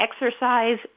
exercise